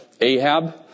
Ahab